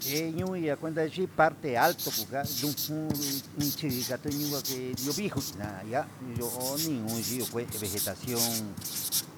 He yunia kuenta xhi parte alto kungan ndujun in chinga katuño ke nodichi na'a aya no iho no'o kué vegetación